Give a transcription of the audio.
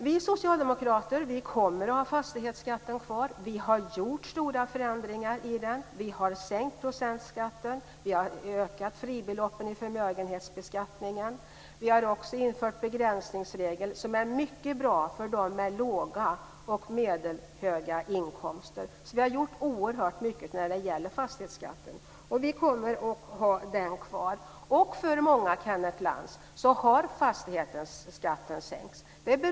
Vi socialdemokrater kommer att ha fastighetsskatten kvar. Vi har gjort stora förändringar i den. Vi har sänkt procentskatten. Vi har ökat fribeloppen i förmögenhetsbeskattningen. Vi har också infört en begränsningsregel som är mycket bra för dem med låga och medelhöga inkomster. Vi har alltså gjort oerhört mycket när det gäller fastighetsskatten, och vi kommer att ha kvar den. För många har fastighetsskatten sänkts, Kenneth Lantz.